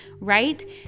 right